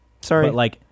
Sorry